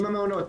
עם המעונות,